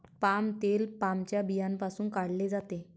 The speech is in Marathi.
पाम तेल पामच्या बियांपासून काढले जाते